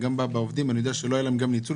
גם בעובדים אני יודע שלא היה להם גם ניצול,